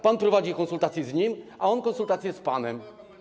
Pan prowadzi konsultacje z nim, a on konsultacje z panem.